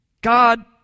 God